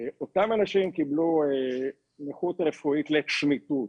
אותם אנשים קיבלו נכות רפואית לצמיתות